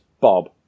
Bob